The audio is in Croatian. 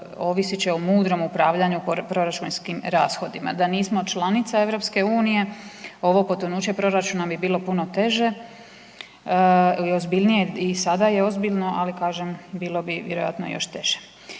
ovisit će o mudrom upravljanju proračunskim rashodima. Da nismo članica EU-a ovo potonuće proračuna bi bilo puno teže i ozbiljnije, i sada je ozbiljno, ali kažem bilo bi vjerojatno još teže.